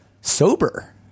sober